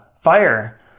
fire